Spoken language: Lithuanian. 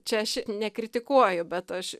čia aš nekritikuoju bet aš